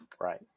Right